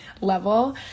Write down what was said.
level